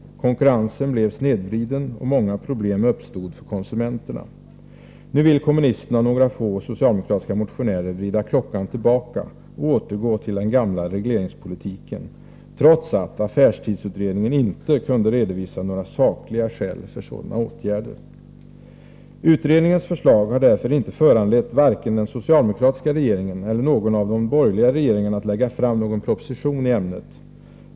Konkurrensen blev snedvriden, och många problem uppstod för konsumenterna. Nu vill kommunisterna och några få socialdemokratiska motionärer vrida klockan tillbaka och återgå till den gamla regleringspolitiken, trots att affärstidsutredningen inte kunde redovisa några sakliga skäl för sådana åtgärder. Utredningens förslag har därför inte föranlett vare sig den socialdemokratiska regeringen eller någon av de borgerliga regeringarna att lägga fram någon proposition i ämnet.